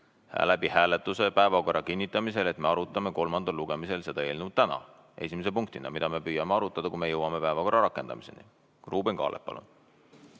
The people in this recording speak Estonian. eile hääletuse teel päevakorra kinnitamisel, et me arutame kolmandal lugemisel seda eelnõu täna esimese punktina. Seda me püüame ka arutada, kui me jõuame päevakorrani. Ruuben Kaalep, palun!